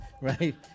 right